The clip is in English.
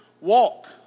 walk